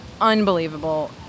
unbelievable